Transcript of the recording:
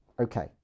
Okay